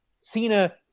Cena